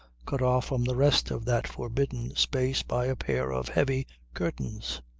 cut off from the rest of that forbidden space by a pair of heavy curtains.